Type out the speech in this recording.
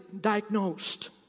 diagnosed